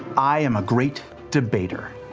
i am a great debater.